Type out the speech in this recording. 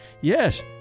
Yes